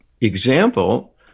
example